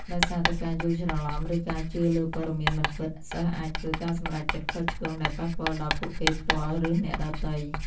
ដោយសារតែការយល់ច្រឡំ ឬការជឿលើព័ត៌មានមិនពិត សិស្សអាចធ្វើ ការសម្រេចចិត្តខុសឆ្គង ដែលប៉ះពាល់ដល់ពួកគេផ្ទាល់ ឬអ្នកដទៃ។